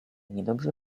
niedobrze